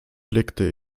blickte